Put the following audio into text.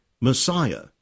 Messiah